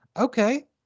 Okay